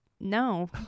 No